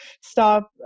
stop